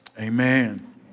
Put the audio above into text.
Amen